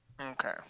Okay